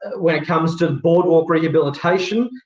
when it comes to boardwalk rehabilitation,